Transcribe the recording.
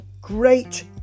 great